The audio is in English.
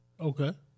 Okay